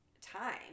time